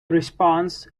response